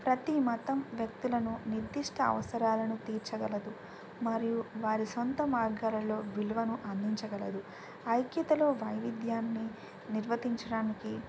ప్రతి మతం వ్యక్తులను నిర్దిష్ట అవసరాలను తీర్చగలదు మరియు వారి సొంత మార్గాలలో విలువను అందించగలదు ఐక్యతలో వైవిధ్యాన్ని నిర్వర్తించడానికి